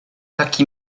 taki